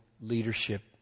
leadership